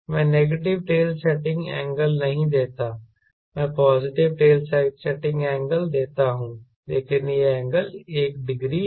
मैं negative tail setting angle नहीं देता मैं पॉजिटिव टेल सेटिंग एंगल देता हूं लेकिन यह एंगल 1 डिग्री है